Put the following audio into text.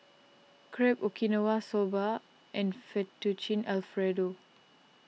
Crepe Okinawa Soba and Fettuccine Alfredo